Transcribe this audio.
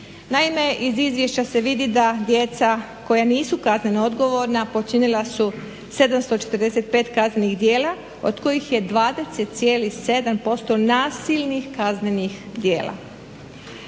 Naime, iz izvješća se vidi da djeca koja nisu kazneno odgovorna počinila su 745 kaznenih djela od kojih je 20,7% nasilnih kaznenih djela.